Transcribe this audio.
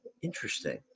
Interesting